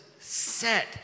Set